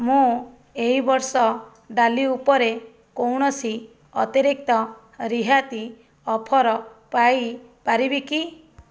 ମୁଁ ଏହିବର୍ଷ ଡାଲି ଉପରେ କୌଣସି ଅତିରିକ୍ତ ରିହାତି ଅଫର୍ ପାଇପାରିବି କି